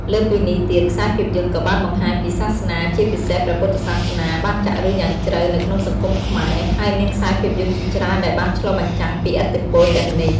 លើសពីនេះទៀតខ្សែភាពយន្តក៏បានបង្ហាញពីសាសនា ជាពិសេស ព្រះពុទ្ធសាសនា បានចាក់ឫសយ៉ាងជ្រៅនៅក្នុងសង្គមខ្មែរ ហើយមានខ្សែភាពយន្តជាច្រើនដែលបានឆ្លុះបញ្ចាំងពីឥទ្ធិពលទាំងនេះ ។